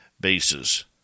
bases